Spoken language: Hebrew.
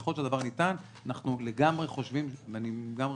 ככל שהדבר ניתן אנחנו לגמרי חושבים ואני לגמרי